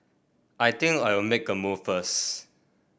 I think I'll make a move first